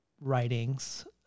writings